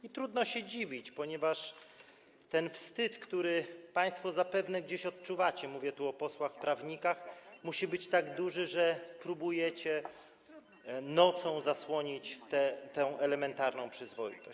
I trudno się dziwić, ponieważ ten wstyd, który państwo zapewne gdzieś odczuwacie, mówię tu o posłach prawnikach, musi być tak duży, że próbujecie nocą zasłonić tę elementarną przyzwoitość.